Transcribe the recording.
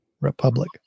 republic